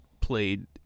played